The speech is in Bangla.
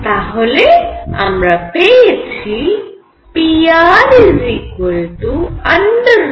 তাহলে আমরা পেয়েছি pr√2mE L2r22kr